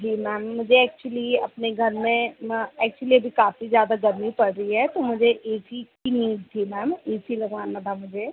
जी ma'am मुझे ऐक्चुली अपने घर में ऐक्चुली अभी काफ़ी ज़्यादा गर्मी पड़ रही है तो मुझे ए सी की नीड थी मैम ए सी लगवाना था मुझे